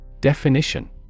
Definition